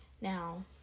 Now